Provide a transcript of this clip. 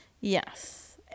yes